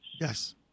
Yes